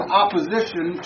opposition